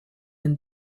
and